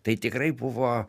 tai tikrai buvo